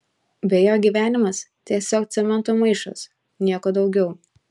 be jo gyvenimas tiesiog cemento maišas nieko daugiau